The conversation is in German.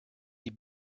die